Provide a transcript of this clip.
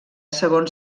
segons